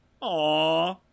aw